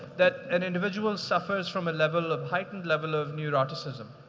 that an individual suffers from a level of heightened level of neuroticism.